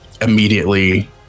immediately